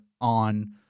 on